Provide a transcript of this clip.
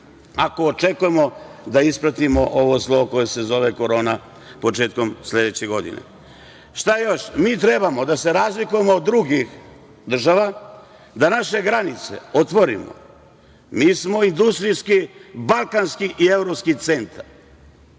ako očekujemo da ispratimo ovo zlo, koje se zove korona, početkom sledeće godine. Šta još? Mi trebamo da se razlikujemo od drugih država, da naše granice otvorimo. Mi smo industrijski, balkanski i evropski centar,